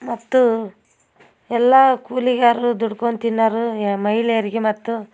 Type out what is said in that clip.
ಮತ್ತು ಎಲ್ಲ ಕೂಲಿಗಾರರು ದುಡ್ಕೊಂಡ್ ತಿನ್ನೋರು ಏ ಮಹಿಳೆಯರಿಗೆ ಮತ್ತು